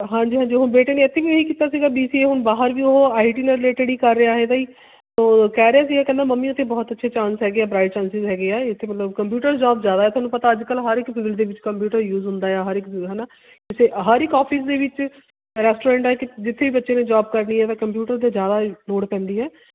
ਹਾਂਜੀ ਹਾਂਜੀ ਹੁਣ ਬੇਟੇ ਨੇ ਇੱਥੇ ਵੀ ਇਹ ਹੀ ਕੀਤਾ ਸੀਗਾ ਬੀ ਸੀ ਏ ਹੁਣ ਬਾਹਰ ਵੀ ਉਹ ਆਈ ਟੀ ਨਾਲ ਰਿਲੇਟਿਡ ਹੀ ਕਰ ਰਿਹਾ ਇਹਦਾ ਹੀ ਉਹ ਕਹਿ ਰਿਹਾ ਸੀ ਕਹਿੰਦਾ ਮੰਮੀ ਉੱਥੇ ਬਹੁਤ ਅੱਛੇ ਚਾਂਨਸ ਹੈਗੇ ਆ ਬ੍ਰਾਈਟ ਚਾਂਨਸਸ ਹੈਗੇ ਆ ਇੱਥੇ ਮਤਲਬ ਕੰਪਿਊਟਰ ਜੌਬ ਜ਼ਿਆਦਾ ਹੈ ਤੁਹਾਨੂੰ ਪਤਾ ਅੱਜ ਕੱਲ੍ਹ ਹਰ ਇੱਕ ਫੀਲਡ ਦੇ ਵਿੱਚ ਕੰਪਿਊਟਰ ਯੂਸ ਹੁੰਦਾ ਆ ਹਰ ਇੱਕ ਹੈ ਨਾ ਅਤੇ ਹਰ ਇੱਕ ਆਫ਼ਿਸ ਦੇ ਵਿੱਚ ਰੈਸਟੋਰੈਂਟਾਂ ਵਿੱਚ ਜਿੱਥੇ ਵੀ ਬੱਚੇ ਨੇ ਜੌਬ ਕਰਨੀ ਹੈ ਤਾਂ ਕੰਪਿਊਟਰ 'ਤੇ ਜ਼ਿਆਦਾ ਲੋੜ ਪੈਂਦੀ ਹੈ